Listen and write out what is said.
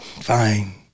fine